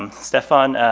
um stefan